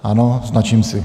Ano, značím si.